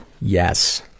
Yes